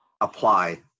apply